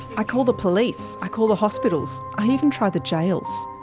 i call the police, i call the hospitals. i even try the jails.